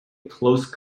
close